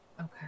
okay